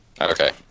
Okay